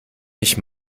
mich